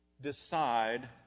decide